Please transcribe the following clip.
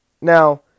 Now